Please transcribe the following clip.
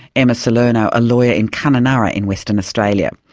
emma salerno a lawyer in kununurra in western australia.